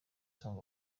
song